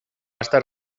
estar